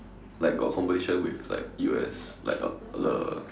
like got competition with like U_S like uh the